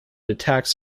attacks